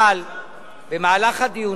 אבל במהלך הדיונים,